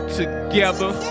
together